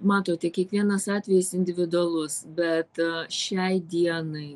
matote kiekvienas atvejis individualus bet šiai dienai